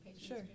Sure